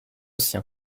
sien